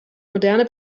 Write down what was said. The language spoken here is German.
moderne